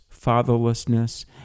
fatherlessness